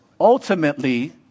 ultimately